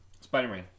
Spider-Man